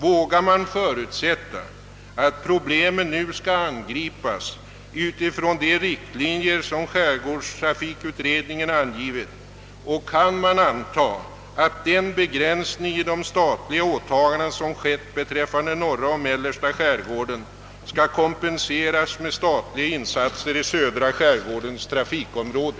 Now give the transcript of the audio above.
Vågar man förutsätta att problemen nu skall angripas enligt de riktlinier som skärgårdstrafikutredningen angivit och kan man anta att den begränsning i de statliga åtagandena, som skett beträffande norra och mellersta skärgården, skall kompenseras genom statliga insatser i södra skärgårdens trafikområde?